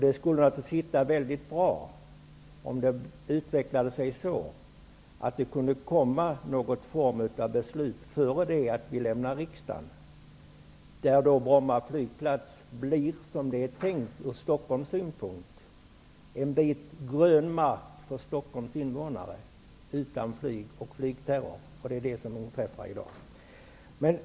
Det skulle sitta mycket bra om det utvecklade sig så, att någon form av beslut kunde komma innan vi lämnar riksdagen, så att Bromma flygplats blir som det ur Stockholms synpunkt är tänkt, nämligen en bit grön mark utan flyg och flygterror för Stockholms invånare, som situationen är i dag.